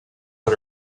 put